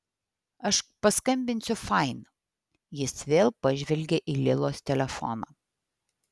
aš paskambinsiu fain jis vėl pažvelgė į lilos telefoną